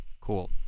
Cool